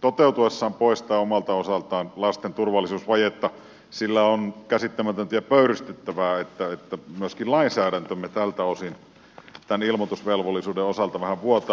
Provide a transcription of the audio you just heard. toteutuessaan poistaa omalta osaltaan lasten turvallisuusvajetta sillä on käsittämätöntä ja pöyristyttävää että myöskin lainsäädäntömme tältä osin tämän ilmoitusvelvollisuuden osalta vähän vuotaa